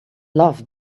love